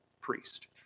priest